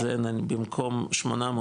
אז במקום 800,